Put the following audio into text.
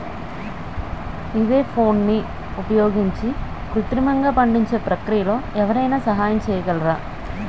ఈథెఫోన్ని ఉపయోగించి కృత్రిమంగా పండించే ప్రక్రియలో ఎవరైనా సహాయం చేయగలరా?